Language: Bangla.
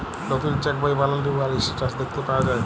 লতুল চ্যাক বই বালালে উয়ার ইসট্যাটাস দ্যাখতে পাউয়া যায়